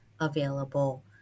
available